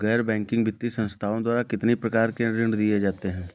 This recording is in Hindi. गैर बैंकिंग वित्तीय संस्थाओं द्वारा कितनी प्रकार के ऋण दिए जाते हैं?